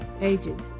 Aged